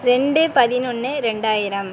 ரெண்டு பதினொன்று ரெண்டாயிரம்